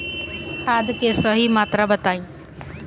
खाद के सही मात्रा बताई?